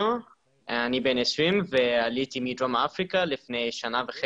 לא רק אני, גם ארגונים אחרים שלחו בשמי.